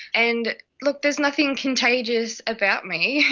and, look, there's nothing contagious about me.